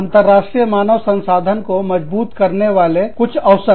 अंतरराष्ट्रीय मानव संसाधन को मजबूत करने वाले कुछ अवसर